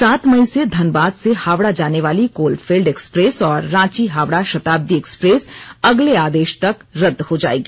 सात मई से धनबाद से हावड़ा जानेवाली कोलफील्ड एक्सप्रेस और रांची हावड़ा शताब्दी एक्सप्रेस अगले आदेश तक रद हो जाएगी